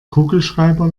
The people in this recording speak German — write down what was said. kugelschreiber